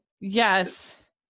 Yes